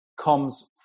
comes